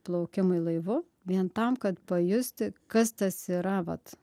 plaukimui laivu vien tam kad pajusti kas tas yra vat